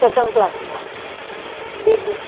second class ma'am baby